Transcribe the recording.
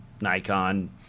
Nikon